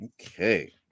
Okay